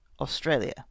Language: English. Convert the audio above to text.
Australia